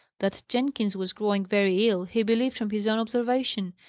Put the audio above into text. that jenkins was growing very ill, he believed from his own observation,